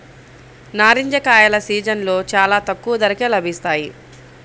నారింజ కాయల సీజన్లో చాలా తక్కువ ధరకే లభిస్తాయి